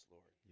Lord